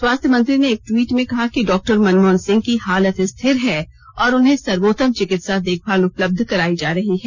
स्वास्थ्य मंत्री ने एक ट्वीट में कहा कि डॉक्टर मनमोहन सिंह की हालत रिथर है और उन्हें सर्वोत्तम चिकित्सा देखभाल उपलब्ध कराई जा रही है